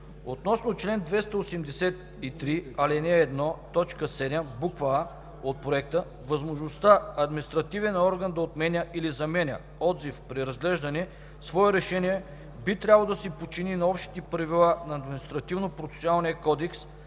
Относно чл. 283, ал. 1, т. 7, буква „а“ от Проекта възможността административен орган да отменя или изменя (отзив, преразглеждане) свое решение би трябвало да се подчини на общите правила на Административнопроцесуалния кодекс